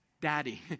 Daddy